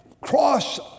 Cross